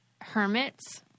hermits